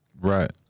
Right